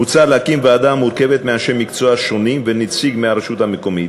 מוצע להקים ועדה המורכבת מאנשי מקצוע שונים ונציג מהרשות המקומית,